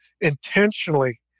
intentionally